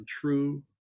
true